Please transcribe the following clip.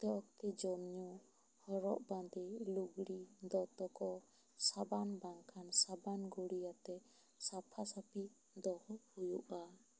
ᱚᱠᱛᱮ ᱚᱠᱛᱮ ᱡᱚᱢ ᱧᱩ ᱦᱚᱨᱚᱜ ᱵᱟᱸᱫᱮ ᱞᱩᱜᱽᱲᱤ ᱫᱚᱛᱚ ᱠᱚ ᱥᱟᱵᱟᱱ ᱵᱟᱝ ᱠᱷᱟᱱ ᱥᱟᱵᱩᱱ ᱜᱩᱲᱤᱭᱟᱛᱮ ᱥᱟᱯᱷᱟ ᱥᱟᱯᱷᱤ ᱫᱚᱦᱚ ᱦᱩᱭᱩᱜᱼᱟ